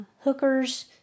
hookers